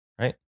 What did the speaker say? Right